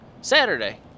Saturday